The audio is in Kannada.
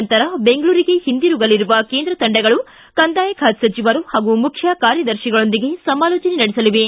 ನಂತರ ಬೆಂಗಳೂರಿಗೆ ಹಿಂದಿರುಗಲಿರುವ ಕೇಂದ್ರ ತಂಡಗಳು ಕಂದಾಯ ಬಾತೆ ಸಚಿವರು ಮತ್ತು ಮುಖ್ಯ ಕಾರ್ಯದರ್ತಿಗಳೊಂದಿಗೆ ಸಮಾಲೋಚನೆ ನಡೆಸಲಿವೆ